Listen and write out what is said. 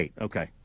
okay